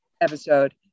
Episode